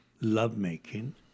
lovemaking